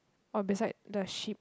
or beside the sheep